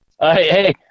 Hey